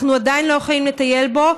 אנחנו עדיין לא יכולים לטייל בו,